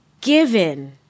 Given